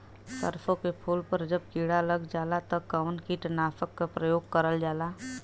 सरसो के फूल पर जब किड़ा लग जाला त कवन कीटनाशक क प्रयोग करल जाला?